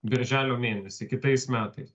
birželio mėnesį kitais metais